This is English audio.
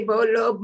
Bolo